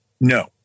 No